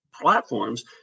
platforms